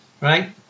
right